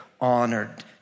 honored